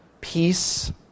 peace